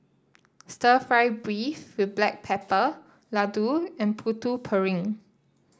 stir fry beef with Black Pepper Laddu and Putu Piring